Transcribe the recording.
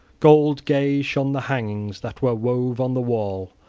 gold-gay shone the hangings that were wove on the wall,